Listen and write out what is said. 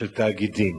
של תאגידים,